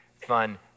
fun